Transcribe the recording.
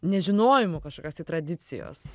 nežinojimu kažkokios tai tradicijos